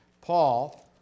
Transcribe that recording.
Paul